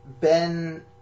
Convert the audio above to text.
Ben